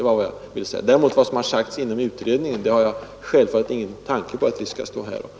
Vad som har sagts inom utredningen har jag däremot ingen tanke på att vi skall stå här och älta.